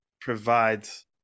provides